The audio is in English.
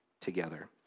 together